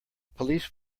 police